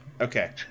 okay